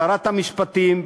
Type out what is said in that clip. שרת המשפטים,